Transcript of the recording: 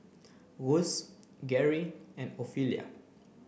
Garry and Ophelia